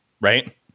Right